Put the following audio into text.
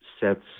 sets